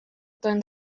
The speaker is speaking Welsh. dan